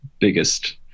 biggest